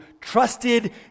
trusted